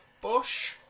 bush